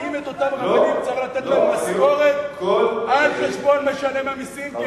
האם לאותם רבנים צריכים לתת משכורת על-חשבון משלם המסים?